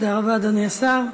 תודה רבה, אדוני השר.